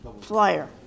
flyer